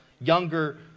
younger